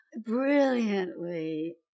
brilliantly